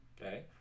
Okay